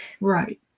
right